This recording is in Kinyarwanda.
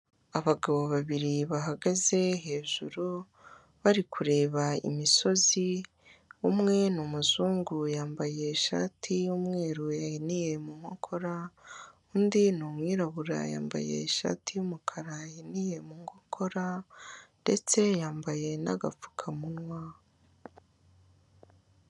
Abagabo babiri bahagaze hejuru bari kureba imisozi umwe n'umuzungu yambaye ishati y'umweru yahiniye mu nkokora undi ni umwirabura yambaye ishati y'umukara yahiniye mu nkokora ndetse yambaye n'agapfukamunwa.